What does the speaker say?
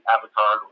Avatar